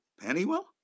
Pennywell